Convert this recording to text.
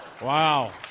Wow